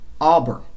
Auburn